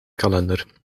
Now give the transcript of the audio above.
kalender